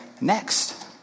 next